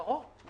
ברור.